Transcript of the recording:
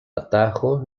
atajo